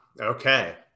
Okay